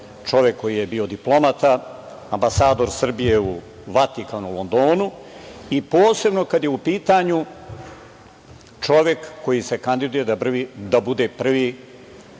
čovek koji je bio diplomata, ambasador Srbije u Vatikanu i u Londonu i posebno kada je u pitanju čovek koji se kandiduje da bude prvi